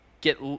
get